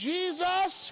Jesus